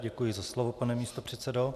Děkuji za slovo, pane místopředsedo.